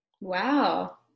Wow